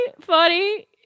funny